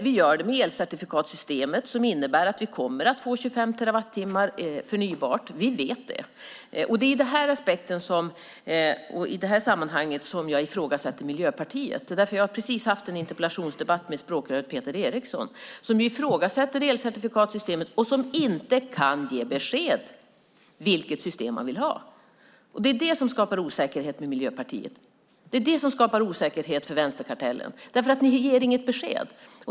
Vi gör det med elcertifikatssystemet, som innebär att vi kommer att få 25 terawattimmar förnybart. Vi vet det. Och det är ur den aspekten och i det här sammanhanget som jag ifrågasätter Miljöpartiet. Jag har precis haft en interpellationsdebatt med språkröret Peter Eriksson, som ifrågasätter elcertifikatssystemet och som inte kan ge besked om vilket system man vill ha. Det är det som skapar osäkerhet med Miljöpartiet. Det är det som skapar osäkerhet för vänsterkartellen. Ni ger nämligen inget besked.